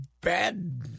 bad